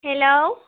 hello